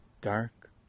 dark